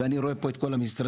ואני רואה פה את כל המשרדים.